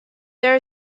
there